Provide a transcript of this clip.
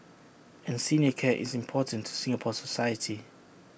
and senior care is important to Singapore society